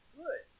good